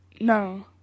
No